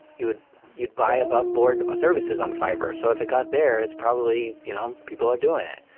you'd you'd buy aboveboard services on fiverr. so if it got there, it's probably you know people are doing it.